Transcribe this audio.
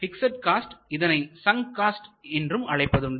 fixed cost இதனை sunk cost என்றும் அழைப்பதுண்டு